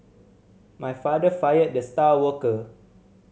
my father fired the star worker